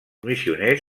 missioners